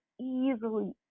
easily